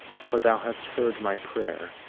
for thou hast heard my prayer,